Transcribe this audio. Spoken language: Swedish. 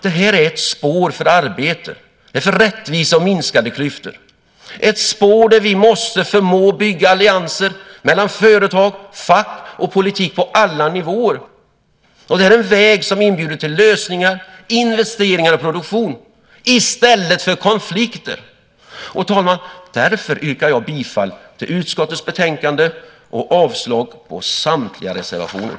Det här är ett spår för arbete, för rättvisa och för minskade klyftor, ett spår där vi måste förmå bygga allianser mellan företag, fack och politik på alla nivåer. Det här är en väg som inbjuder till lösningar, investeringar och produktion i stället för konflikter. Herr talman! Därför yrkar jag bifall till utskottets förslag och avslag på samtliga reservationer.